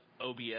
OBS –